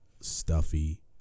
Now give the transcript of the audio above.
stuffy